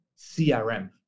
CRM